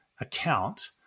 account